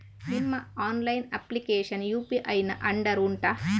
ನಿಮ್ಮ online application UPI ನ under ಉಂಟಾ